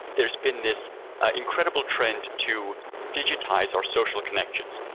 there's been this incredible trend to digitise our social connections,